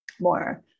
more